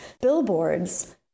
Billboards